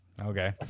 Okay